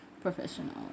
Professional